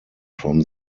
from